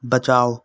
बचाओ